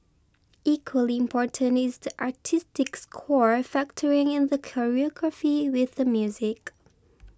equally important is the artistic score factoring in the choreography with the music